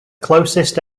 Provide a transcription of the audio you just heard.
closest